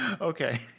Okay